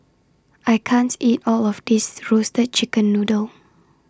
I can't eat All of This Roasted Chicken Noodle